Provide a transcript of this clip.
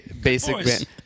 basic